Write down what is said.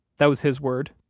that was his word,